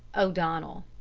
o'donnell.